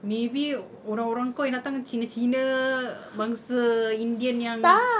maybe orang-orang kau yang datang cina cina bangsa indian yang